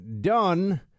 done